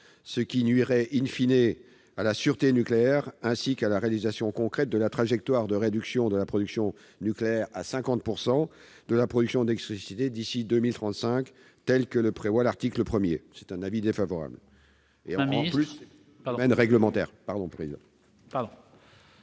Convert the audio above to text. ce qui nuirait à la sûreté nucléaire ainsi qu'à la réalisation concrète de la trajectoire de réduction de la production nucléaire à 50 % de la production d'électricité d'ici à 2035, comme le prévoit l'article 1. De surcroît,